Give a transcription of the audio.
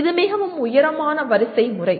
இது மிகவும் உயரமான வரிசைமுறை